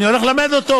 אני הולך ללמד אותו.